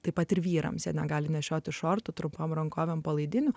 taip pat ir vyrams jie negali nešioti šortų trumpom rankovėm palaidinių